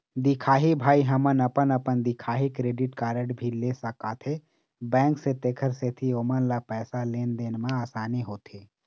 दिखाही भाई हमन अपन अपन दिखाही क्रेडिट कारड भी ले सकाथे बैंक से तेकर सेंथी ओमन ला पैसा लेन देन मा आसानी होथे?